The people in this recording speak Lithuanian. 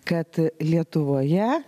kad lietuvoje